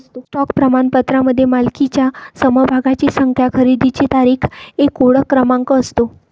stock प्रमाणपत्रामध्ये मालकीच्या समभागांची संख्या, खरेदीची तारीख, एक ओळख क्रमांक असतो